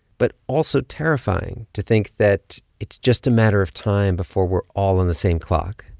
but also terrifying to think that it's just a matter of time before we're all on the same clock,